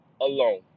alone